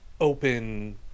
open